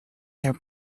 their